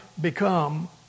become